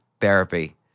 therapy